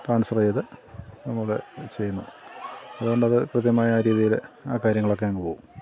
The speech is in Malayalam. ട്രാൻസ്ഫർ ചെയ്തു നമ്മൾ ചെയ്യുന്നു അതുകൊണ്ട് അത് കൃത്യമായ രീതിയില് ആ കാര്യങ്ങളൊക്കെ അങ്ങ് പോവും